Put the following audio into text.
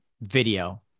video